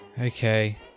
Okay